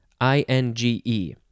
I-N-G-E